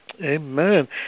Amen